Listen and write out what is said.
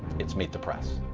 its meet the press.